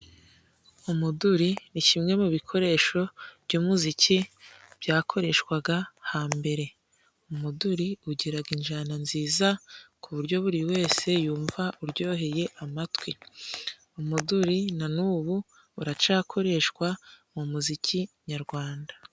Umuduri ni kimwe mu bikoresho by'umuziki byakoreshwaga hambere. Umuduri ugiraga injana nziza ku buryo buri wese yumva uryoheye amatwi. Umuduri na n'ubu uracyakoreshwa mu muziki nyarwanda.